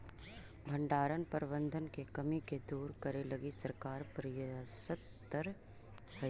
भण्डारण प्रबंधन के कमी के दूर करे लगी सरकार प्रयासतर हइ